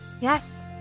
Yes